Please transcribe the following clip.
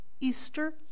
Easter